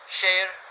share